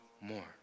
more